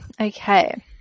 Okay